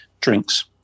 drinks